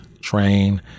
train